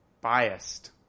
biased